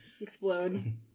explode